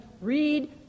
Read